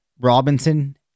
Robinson